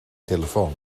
telefoon